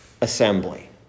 assembly